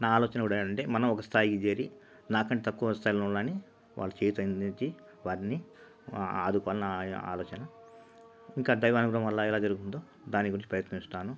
నా ఆలోచన కూడా ఏందంటే మనం ఒక స్థాయికి చేరి నాకంటే తక్కువ స్థాయిలో ఉన్నవారిని వాళ్ళు చేయుత అందించి వారిని ఆదుకోవాలని నా నా ఆలోచన ఇంకా దైవానుగ్రహం వల్ల ఎలా జరుగుతుందో దాని గురించి ప్రయత్నిస్తాను